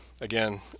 Again